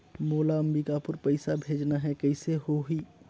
मोला अम्बिकापुर पइसा भेजना है, कइसे होही?